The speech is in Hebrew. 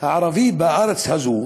הערבי בארץ הזאת